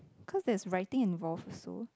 cause they is writing and involve also